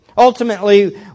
Ultimately